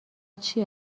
چیه